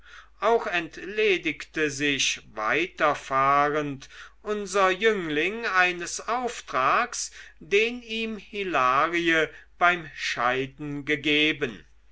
auch entledigte sich weiterfahrend unser jüngling eines auftrags den ihm hilarie beim scheiden gegeben